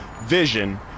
vision